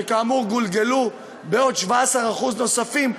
שכאמור גולגלו בעוד 17% נוספים,